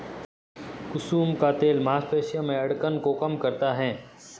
कुसुम का तेल मांसपेशियों में अकड़न को कम करता है